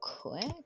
quick